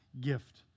gift